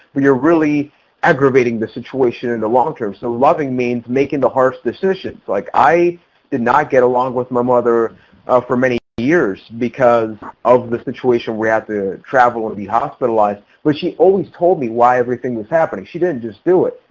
but you're really aggravating the situation in the long term. so loving means making the harsh decisions. like i did not get along with my mother for many years because of the situation we had to travel to and be hospitalized, which she always told me why everything was happening, she didn't just do it.